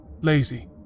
Lazy